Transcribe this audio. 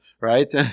right